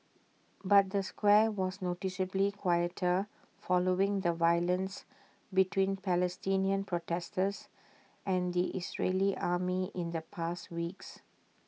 but the square was noticeably quieter following the violence between Palestinian in protesters and the Israeli army in the past weeks